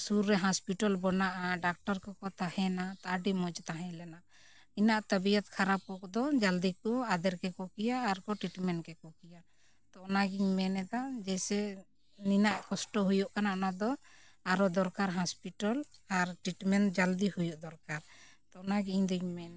ᱥᱩᱨ ᱨᱮ ᱵᱮᱱᱟᱜᱼᱟ ᱰᱟᱠᱴᱚᱨ ᱠᱚᱠᱚ ᱛᱟᱦᱮᱱᱟ ᱛᱳ ᱟᱹᱰᱤ ᱢᱚᱡᱽ ᱛᱟᱦᱮᱸ ᱞᱮᱱᱟ ᱤᱱᱟᱹᱜ ᱛᱟᱵᱤᱭᱚᱛ ᱠᱷᱟᱨᱟᱯ ᱠᱚ ᱠᱚᱫᱚ ᱡᱚᱞᱫᱤ ᱠᱚ ᱟᱫᱮᱨ ᱠᱮᱠᱚ ᱠᱮᱭᱟ ᱟᱨ ᱠᱚ ᱠᱮᱠᱚ ᱠᱮᱭᱟ ᱛᱳ ᱚᱱᱟᱜᱮᱧ ᱢᱮᱱᱮᱫᱟ ᱡᱮᱭᱥᱮ ᱱᱤᱱᱟᱹᱜ ᱠᱚᱥᱴᱚ ᱦᱩᱭᱩᱜ ᱠᱟᱱᱟ ᱚᱱᱟ ᱫᱚ ᱟᱨᱚ ᱫᱚᱨᱠᱟᱨ ᱟᱨ ᱡᱚᱞᱫᱤ ᱦᱩᱭᱩᱜ ᱫᱚᱨᱠᱟᱨ ᱛᱚ ᱚᱱᱟᱜᱮ ᱤᱧᱫᱩᱧ ᱢᱮᱱ ᱮᱫᱟ